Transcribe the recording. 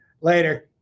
Later